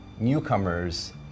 newcomers